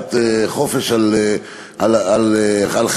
לקחת חופש על חשבונו.